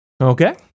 Okay